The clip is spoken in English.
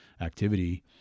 activity